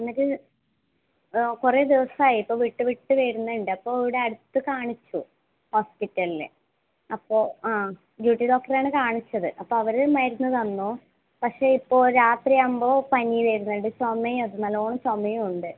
എന്നിട്ട് കുറേ ദിവസമായി ഇപ്പൊൾ വിട്ട് വിട്ട് വരുന്നുണ്ട് അപ്പം ഇവിടെ അടുത്ത് കാണിച്ചു ഹോസ്പിറ്റലിൽ അപ്പോൾ ആ ഡ്യൂട്ടി ഡോക്ടറെയാണ് കാണിച്ചത് അപ്പൊ അവർ മരുന്ന് തന്നു പക്ഷെ ഇപ്പോൾ രാത്രിയാകുമ്പോൾ പനി വരുന്നുണ്ട് ചുമയും അത് നല്ലോണം ചുമയും ഉണ്ട്